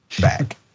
back